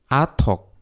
atok